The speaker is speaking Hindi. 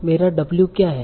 मेरा w क्या है